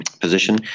position